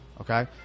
okay